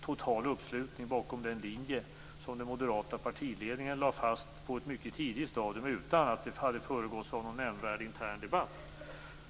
total uppslutning bakom den linje som den moderata partiledningen lade fast på ett mycket tidigt stadium utan att det hade föregåtts av någon nämnvärd intern debatt.